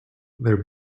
their